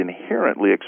inherently